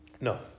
No